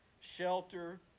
Shelter